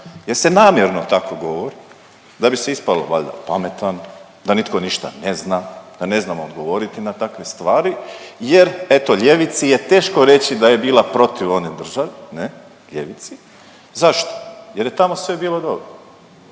Jer se namjerno tako govori da bi se ispalo valjda pametan, da nitko ništa ne zna, da ne znamo odgovoriti na takve stvari jer eto ljevici je teško reći da je bila protiv one države ne, ljevici. Zašto? Jer je tamo sve bilo dobro,